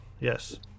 yes